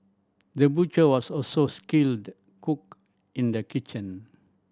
the butcher was also skilled cook in the kitchen